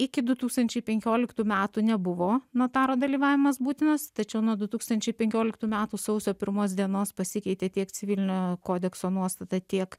iki du tūkstančiai penkioliktų metų nebuvo notaro dalyvavimas būtinas tačiau nuo du tūkstančiai penkioliktų metų sausio pirmos dienos pasikeitė tiek civilinio kodekso nuostata tiek